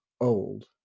old